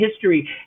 history